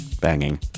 banging